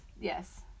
Yes